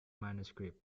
manuscript